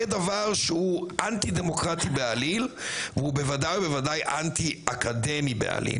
זה דבר שהוא אנטי-דמוקרטי בעליל והוא בוודאי ובוודאי אנטי-אקדמי בעליל.